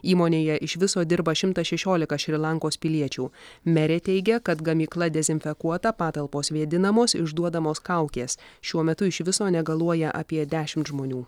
įmonėje iš viso dirba šimtas šešiolika šri lankos piliečių merė teigia kad gamykla dezinfekuota patalpos vėdinamos išduodamos kaukės šiuo metu iš viso negaluoja apie dešimt žmonių